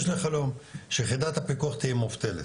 יש לי חלום שיחידת הפיקוח תהיה מובטלת.